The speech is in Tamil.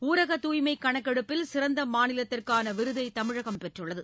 ஊரக தூய்மை கணக்கெடுப்பில் சிறந்த மாநிலத்திற்கான விருதை தமிழகம் பெற்றுள்ளது